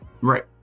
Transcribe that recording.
Right